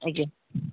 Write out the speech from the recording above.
ଆଜ୍ଞା